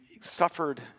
suffered